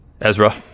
Ezra